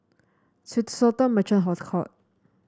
Swissotel Merchant Court